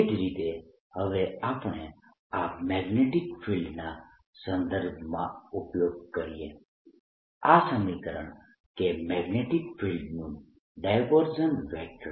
એ જ રીતે હવે આપણે આ મેગ્નેટીક ફિલ્ડના સંદર્ભમાં ઉપયોગ કરીએ આ સમીકરણ કે મેગ્નેટીક ફિલ્ડનું ડાયવર્જન્સ